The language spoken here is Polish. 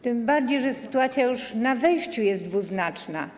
Tym bardziej że sytuacja już na początku jest dwuznaczna.